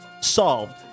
Solved